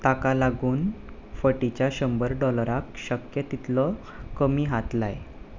ताका लागून फटीच्या शंबर डॉलराक शक्य तितलो कमी हात लाय